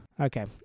Okay